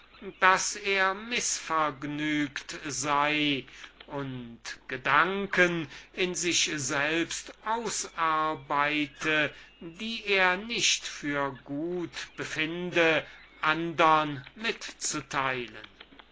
daß er mißvergnügt sei und an gedanken in sich selbst arbeite die er nicht für gut befinde andern mitzuteilen